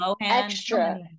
extra